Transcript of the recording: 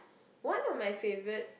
one of my favorite